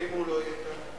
ואם הוא לא יהיה כאן?